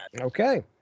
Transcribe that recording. Okay